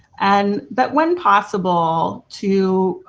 and that when possible to,